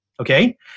okay